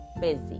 busy